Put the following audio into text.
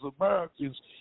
Americans